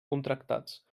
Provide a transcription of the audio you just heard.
contractats